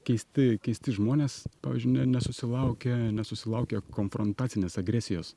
keisti keisti žmonės pavyzdžiui ne nesusilaukia nesusilaukia konfrontacinės agresijos